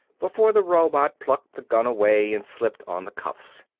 before the robot plucked the gun away and slipped on the cuffs.